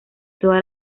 todas